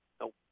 No